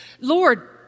Lord